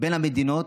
בין המדינות,